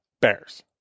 bears